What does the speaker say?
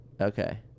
Okay